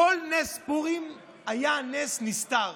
כל נס פורים היה נס נסתר.